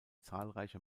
zahlreiche